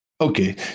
Okay